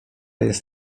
jest